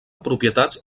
propietats